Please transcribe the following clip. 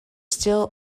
still